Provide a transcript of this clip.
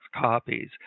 copies